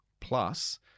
plus